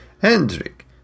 Hendrik